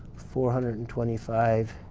four hundred and twenty five